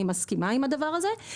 אני מסכימה עם הדבר הזה,